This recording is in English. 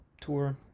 tour